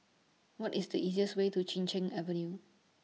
What IS The easiest Way to Chin Cheng Avenue